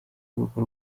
urugo